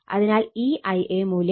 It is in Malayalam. അതിനാൽ ഈ Ia മൂല്യം അതായത് 2